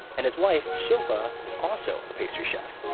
and his wife, shilpa is also a pastry chef.